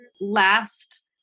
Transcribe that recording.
last